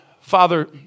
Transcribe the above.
Father